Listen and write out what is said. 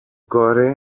κόρη